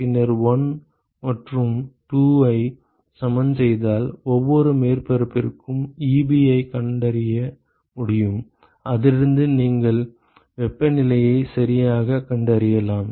பின்னர் 1 மற்றும் 2 ஐ சமன் செய்தால் ஒவ்வொரு மேற்பரப்பிற்கும் Ebi ஐக் கண்டறிய முடியும் அதிலிருந்து நீங்கள் வெப்பநிலையை சரியாகக் கண்டறியலாம்